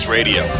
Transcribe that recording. Radio